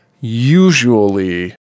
usually